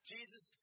Jesus